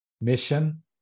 mission